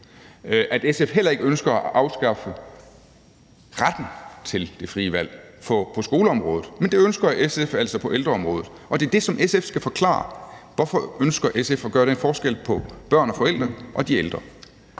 at SF heller ikke ønsker at afskaffe retten til det frie valg på skoleområdet. Men det ønsker SF altså på ældreområdet, og det er det, som SF skal forklare. Hvorfor ønsker SF at gøre den forskel på børn og forældre og så de ældre?